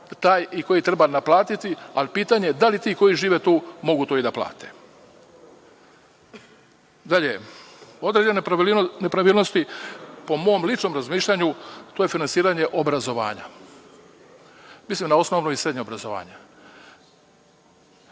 taj i koji treba naplatiti, ali je pitanje da li ti ljudi koji žive tu mogu to i da plate? Dalje, imamo nepravilnosti, po mom ličnom razmišljanju, to je finansiranje obrazovanja, a tu mislim na osnovno i na srednje obrazovanje.